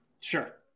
Sure